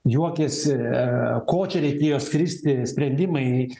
juokiasi ko čia reikėjo skristi sprendimai